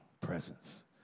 Presence